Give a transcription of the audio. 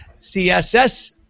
CSS